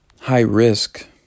high-risk